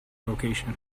location